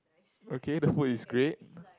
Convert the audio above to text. okay the food is great